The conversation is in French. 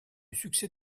succès